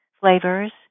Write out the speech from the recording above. flavors